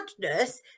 goodness